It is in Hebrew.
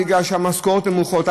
מפני שהמשכורות נמוכות,